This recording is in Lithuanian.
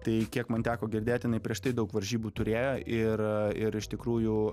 tai kiek man teko girdėt jinai prieš tai daug varžybų turėjo ir ir iš tikrųjų